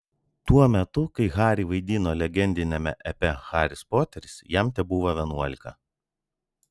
tuo metu kai harry vaidino legendiniame epe haris poteris jam tebuvo vienuolika